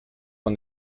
won